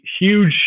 huge